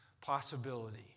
possibility